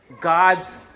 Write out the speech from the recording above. God's